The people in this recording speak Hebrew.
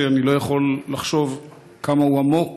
שאני לא יכול לחשוב כמה הוא עמוק,